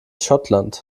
schottland